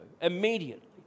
immediately